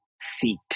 seat